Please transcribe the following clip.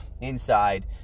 inside